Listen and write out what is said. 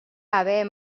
haver